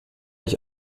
ich